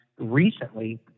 Recently